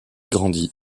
grandit